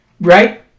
right